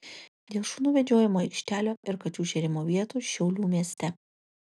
dėl šunų vedžiojimo aikštelių ir kačių šėrimo vietų šiaulių mieste